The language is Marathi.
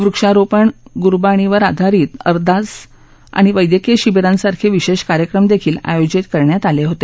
वृक्षारोपण गुरबाणीवर आधारित अरदास आणि वैद्यकीय शिबिरास्तिरखे विशेष कार्यक्रम देखील आयोजित करण्यात आले होते